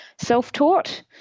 self-taught